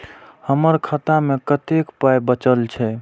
हमर खाता मे कतैक पाय बचल छै